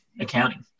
accounting